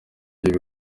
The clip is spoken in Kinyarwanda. nibyo